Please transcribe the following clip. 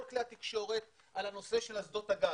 דיברו בכל כלי התקשורת על הנושא של אסדות הגז.